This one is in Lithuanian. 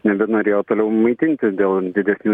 nebenorėjo toliau maitinti dėl didesnių